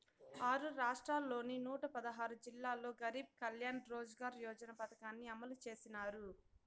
ఆరు రాష్ట్రాల్లోని నూట పదహారు జిల్లాల్లో గరీబ్ కళ్యాణ్ రోజ్గార్ యోజన పథకాన్ని అమలు చేసినారు